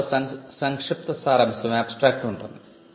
దాంట్లో abstract ఉంటుంది